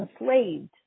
enslaved